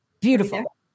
Beautiful